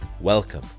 Welcome